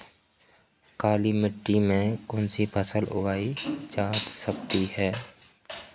काली मिट्टी में कौनसी फसलें उगाई जा सकती हैं?